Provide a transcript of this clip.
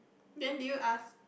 then did you ask